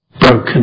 broken